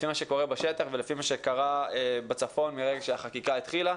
לפי מה שקורה בשטח ולפי מה שקרה בצפון מרגע שהחקיקה התחילה.